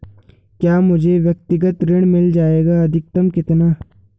क्या मुझे व्यक्तिगत ऋण मिल जायेगा अधिकतम कितना?